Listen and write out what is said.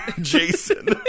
Jason